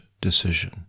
decision